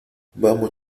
vamos